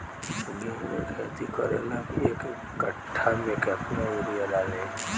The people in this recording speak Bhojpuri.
गेहूं के खेती करे ला एक काठा में केतना युरीयाँ डाली?